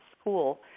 school